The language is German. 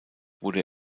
wurde